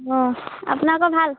অঁ আপোনালোক ভাল